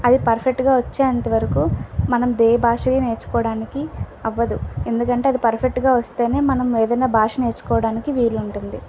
అది పర్ఫెక్టుగా వచ్చేంతవరకు మనం ఏ భాషా నేర్చుకోవడానికి అవ్వదు ఎందుకంటే అది పర్ఫెక్ట్గా వస్తేనే మనం ఏదైనా భాష నేర్చుకోవడానికి వీలుంటుంది